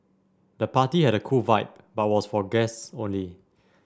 the party had a cool vibe but was for guests only